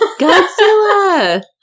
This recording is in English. Godzilla